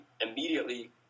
immediately